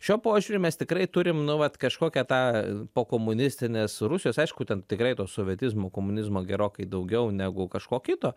šiuo požiūriu mes tikrai turim nu vat kažkokią tą pokomunistinės rusijos aišku ten tikrai to sovietizmo komunizmo gerokai daugiau negu kažko kito